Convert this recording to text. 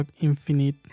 Infinite